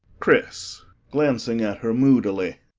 chris glancing at her moodily.